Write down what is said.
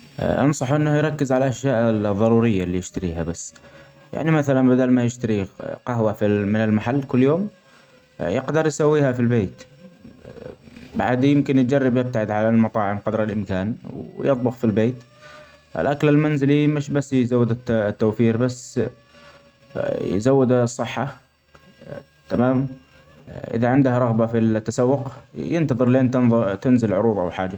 أنصحة أنه يركز علي الأشياء الظرورية اللي يشتريها بس ،يعني مثلا بدل ما يشتري ق-قهوة في من المحل كل يوم ، ا يقدر يسويها في البيت ، بعدين ممكن يجرب يبتعد عن المطاعم قدر الإمكان ويطبخ في البيت. الأكل المنزلي من بس يزود الت-التوفير بس يزود الصحة تمام إذا عنده رغبة في التسوق ينتظر لأن تن-تنزل عروض ولا حاجه.